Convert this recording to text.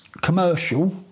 commercial